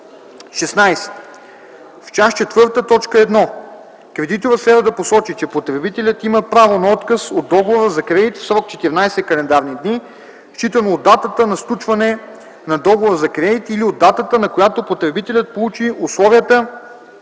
16. В част ІV, т. 1 кредиторът следва да посочи, че потребителят има право на отказ от договора за кредит в срок 14 календарни дни, считано от датата на сключване на договора за кредит или от датата, на която потребителят получи условията